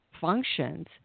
functions